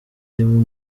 irimo